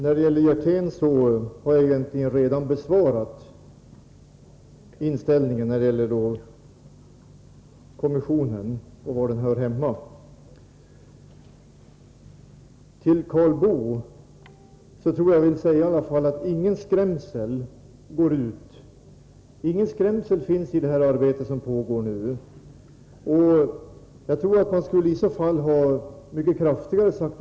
Fru talman! Först till Lars Hjertén. Jag har egentligen redan redogjort för inställningen när det gäller kommissionen och var den hör hemma. Till Karl Boo vill jag säga att ingen skrämsel finns i det arbete som nu pågår. Jag tror att man skulle ha sagt ifrån mycket kraftigare redan tidigare.